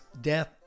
death